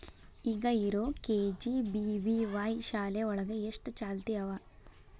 ಈಗ ಇರೋ ಕೆ.ಜಿ.ಬಿ.ವಿ.ವಾಯ್ ಶಾಲೆ ಒಳಗ ಎಷ್ಟ ಚಾಲ್ತಿ ಅವ?